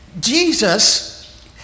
Jesus